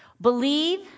Believe